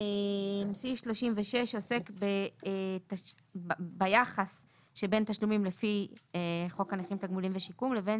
סעיף 36 עוסק ביחס שבין תשלומים לפי חוק הנכים (תגמולים ושיקום) לבין